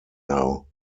now